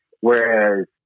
whereas